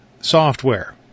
software